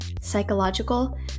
psychological